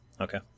Okay